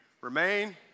Remain